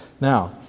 Now